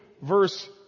verse